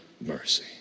mercy